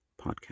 podcast